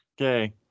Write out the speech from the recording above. okay